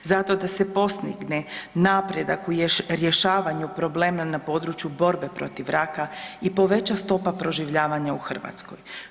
Zato da se postigne napredak u rješavanju problema na području borbe protiv raka i poveća stopa proživljavanja u Hrvatskoj.